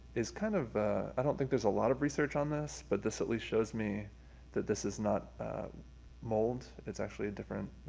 is kind of i don't think there's a lot of research on this, but this at least shows me that this is not mold, it's actually a different